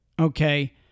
Okay